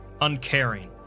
uncaring